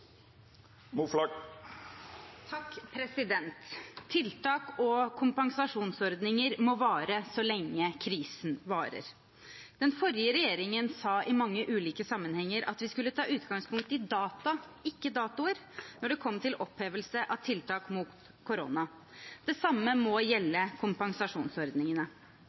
3 minutt. Tiltak og kompensasjonsordninger må vare så lenge krisen varer. Den forrige regjeringen sa i mange ulike sammenhenger at vi skulle ta utgangspunkt i data, ikke i datoer, når det gjaldt opphevelse av tiltak mot korona. Det samme må gjelde kompensasjonsordningene.